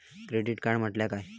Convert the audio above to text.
Credit card म्हटल्या काय?